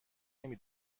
نمی